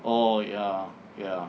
orh ya ya